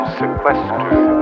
sequestered